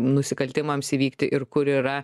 nusikaltimams įvykti ir kur yra